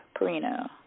Perino